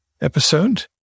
episode